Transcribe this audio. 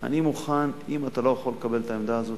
אם אתה לא יכול לקבל את העמדה הזאת,